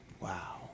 Wow